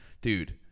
Dude